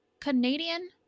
Canadian